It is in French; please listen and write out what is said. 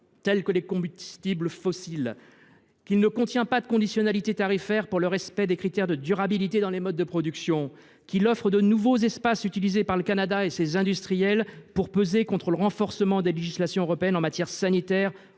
tels que les combustibles fossiles ; parce qu’il ne prévoit pas de conditionnalités tarifaires pour faire respecter des critères de durabilité dans les modes de production ; parce qu’il ouvre de nouvelles voies au Canada et à ses industriels pour peser contre le renforcement des législations européennes en matière sanitaire